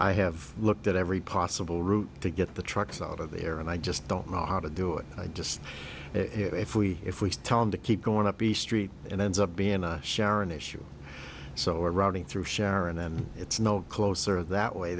i have looked at every possible route to get the trucks out of there and i just don't know how to do it i just if we if we tell him to keep going up the street and ends up being a sharon issue so are running through sharon and it's no closer that way